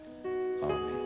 Amen